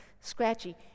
scratchy